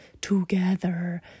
together